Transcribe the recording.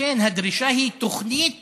הדרישה היא תוכנית